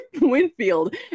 Winfield